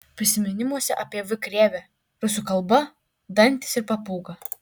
prisiminimuose apie v krėvę rusų kalba dantys ir papūga